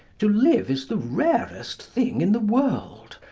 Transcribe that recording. to live is the rarest thing in the world.